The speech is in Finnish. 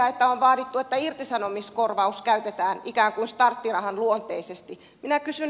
kun on vaadittu että irtisanomiskorvaus käytetään ikään kuin starttirahan luonteisesti minä kysyn